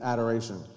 Adoration